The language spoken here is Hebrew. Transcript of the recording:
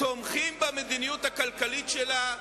תומך במדיניות הכלכלית שלה.